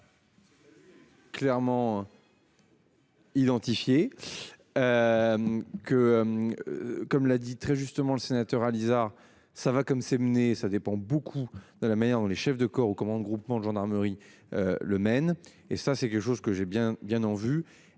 Clairement. Identifié. Que. Comme l'a dit très justement le sénateur à Lisa ça va comme c'est mené ça dépend beaucoup de la manière dont les chefs de corps ou comment le groupement de gendarmerie. Le Maine et ça c'est quelque chose que j'ai bien bien en